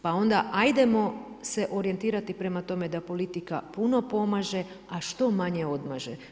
Pa onda ajdemo se orijentirati prema tome, da politika puno pomaže a što manje odmaže.